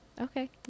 Okay